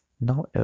Now